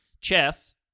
Chess